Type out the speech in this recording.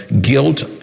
guilt